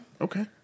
Okay